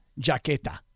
jaqueta